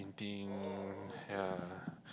um yeah